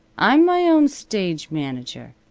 i'm my own stage manager.